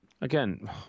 again